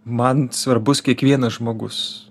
man svarbus kiekvienas žmogus